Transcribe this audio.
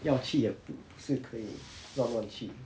要去也不是可以乱乱去